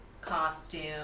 costume